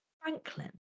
franklin